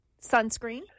Sunscreen